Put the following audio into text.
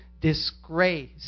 disgrace